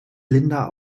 linda